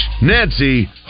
Nancy